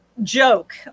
joke